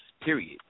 period